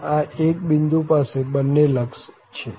આમ આ 1 બિંદુ પાસે બંને લક્ષ છે